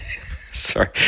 Sorry